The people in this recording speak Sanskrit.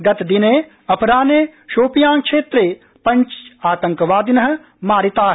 गतदिने अपराहे शोपियां क्षेत्रे पंच आतंकवादिन मारिता